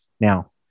Now